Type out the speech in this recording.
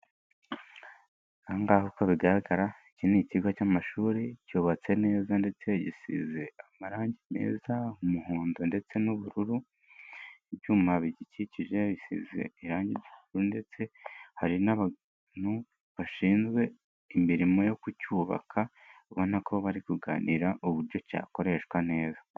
Aha ngaha uko bigaragara, iki ni ikigo cy'amashuri cyubatse neza ndetse gize amarangi meza umuhondo ndetse n'ubururu, ibyuma bikikije yabisize irange ry'ubururu ndetse hari n'abantu bashinzwe imirimo yo kucyubaka, ubona ko bari kuganira uburyo cyakoreshwa neza.